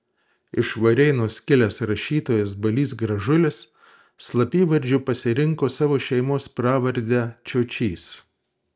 iš varėnos kilęs rašytojas balys gražulis slapyvardžiu pasirinko savo šeimos pravardę čiočys